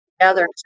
together